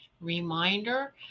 reminder